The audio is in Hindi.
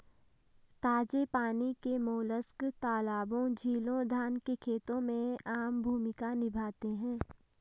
ताजे पानी के मोलस्क तालाबों, झीलों, धान के खेतों में आम भूमिका निभाते हैं